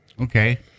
Okay